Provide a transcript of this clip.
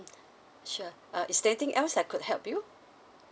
sure uh is there anything else that I could help you